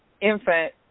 infant